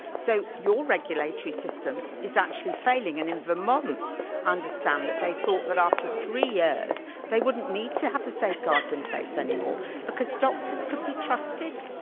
so your regulatory system is actually failing. and in vermont understand that they thought that after three years they wouldn't need to have the safeguards in place anymore because doctors could be trusted,